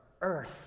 Earth